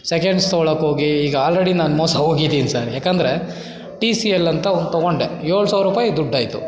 seconds ತಗೊಳ್ಳೋಕೋಗಿ ಈಗ already ನಾನು ಮೋಸ ಹೋಗಿದ್ದೀನಿ ಸರ್ ಏಕೆಂದ್ರೆ ಟಿ ಸಿ ಎಲ್ ಅಂತ ಒಂದು ತಗೊಂಡೆ ಏಳು ಸಾವ್ರುಪಾಯಿ ದುಡ್ಡಾಯಿತು